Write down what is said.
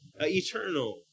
eternal